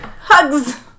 Hugs